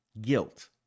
guilt